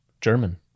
German